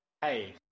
hey